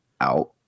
Out